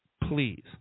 Please